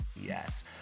Yes